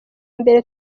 mbere